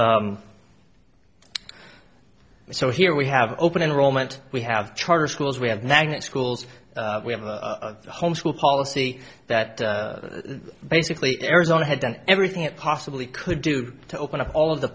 so here we have open enrollment we have charter schools we have magnet schools we have a home school policy that basically arizona had done everything it possibly could do to open up all of the